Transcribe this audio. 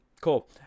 cool